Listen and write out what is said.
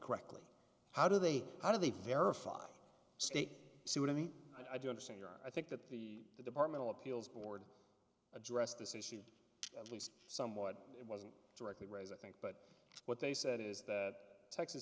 correctly how do they how do they verify state see what i mean i do understand your i think that the departmental appeals board addressed this issue at least somewhat it wasn't directly raise i think but what they said is that texas